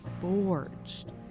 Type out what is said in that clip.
forged